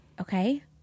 okay